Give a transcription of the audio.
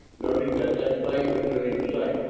noting that deklay was doing the same.